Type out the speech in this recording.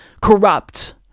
corrupt